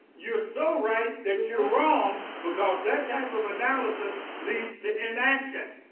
you're so right that you're wrong. because that type of analysis leads to inaction.